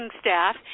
staff